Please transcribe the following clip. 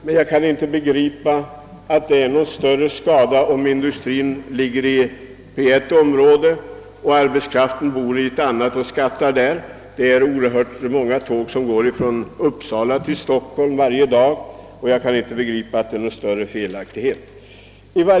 Men jag kan inte förstå att det är någon större skada att industrien ligger i ett område och arbetskraften bor och skattar i ett annat — det går exempelvis oerhört många tåg mellan Stockholm och Uppsala varje dag.